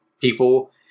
people